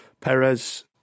Perez